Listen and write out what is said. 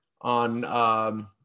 on